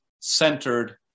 centered